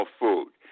food